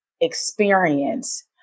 experience